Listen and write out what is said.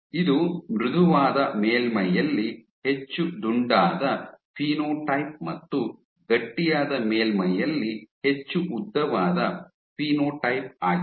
ಇದು ಮೃದುವಾದ ಮೇಲ್ಮೈಯಲ್ಲಿ ಹೆಚ್ಚು ದುಂಡಾದ ಫಿನೋಟೈಪ್ ಮತ್ತು ಗಟ್ಟಿಯಾದ ಮೇಲ್ಮೈಯಲ್ಲಿ ಹೆಚ್ಚು ಉದ್ದವಾದ ಫಿನೋಟೈಪ್ ಆಗಿದೆ